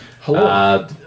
Hello